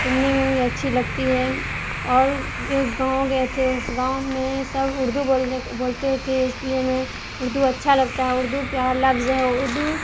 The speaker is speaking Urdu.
سننے میں بھی اچھی لگتی ہے اور ایک گاؤں گئے تھے اس گاؤں میں سب اردو بولتے تھے اس لیے ہمیں اردو اچھا لگتا ہے اردو پیارا لفظ ہے اردو